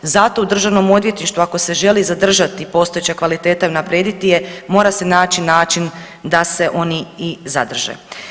Zato u Državnom odvjetništvu ako se želi zadržati postojeća kvaliteta i unaprijediti je mora se naći način da se oni i zadrže.